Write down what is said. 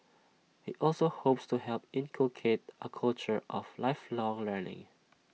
he also hopes to help inculcate A culture of lifelong learning